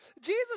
Jesus